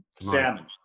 salmon